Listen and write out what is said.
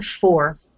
Four